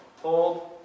hold